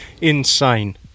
insane